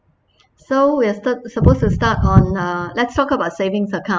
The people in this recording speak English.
so we're start supposed to start on uh let's talk about saving account